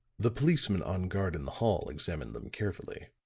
the policeman on guard in the hall examined them carefully.